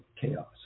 chaos